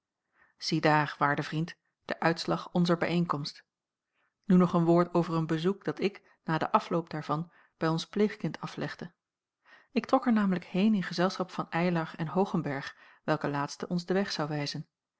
ziedaar waarde vriend den uitslag onzer bijeenkomst nu nog een woord over een bezoek dat ik na den afloop daarvan bij ons pleegkind aflegde ik trok er namelijk heen in gezelschap van eylar en hoogenberg welke laatste ons den weg zou wijzen